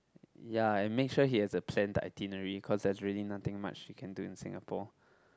ya and make sure he has a planned itinerary cause there's really nothing much he can do in Singapore